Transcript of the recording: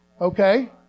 okay